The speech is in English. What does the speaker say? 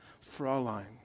Fraulein